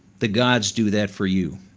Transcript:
the gods do that for you.